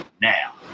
now